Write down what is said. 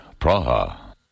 Praha